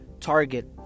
Target